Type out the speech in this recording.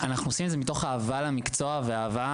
אנחנו עושים את זה מתוך אהבה למקצוע ואהבה